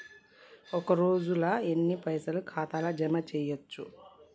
ఒక రోజుల ఎన్ని పైసల్ ఖాతా ల జమ చేయచ్చు?